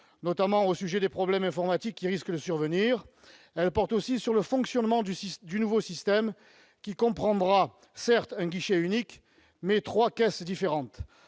notamment au sujet des problèmes informatiques qui risquent de survenir. Elles portent aussi sur le fonctionnement du nouveau système, qui comprendra certes un guichet unique, mais trois caisses différentes.